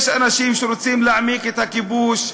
יש אנשים שרוצים להעמיק את הכיבוש,